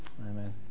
Amen